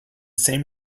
same